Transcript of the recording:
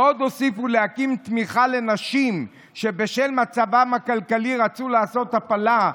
ועוד הוסיפו להקים תמיכה לנשים שבשל מצבן הכלכלי רצו לעשות הפלה,